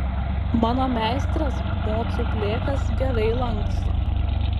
mano meistras mocų blėkas gerai lanksto